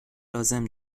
لازم